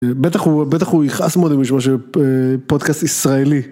בטח הוא יכנס מאוד משום שפודקאסט ישראלי.